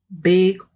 big